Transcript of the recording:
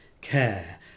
care